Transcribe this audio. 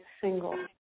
single